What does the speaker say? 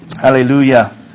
Hallelujah